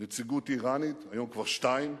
נציגות אירנית, היום כבר שתיים,